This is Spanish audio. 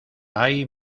hay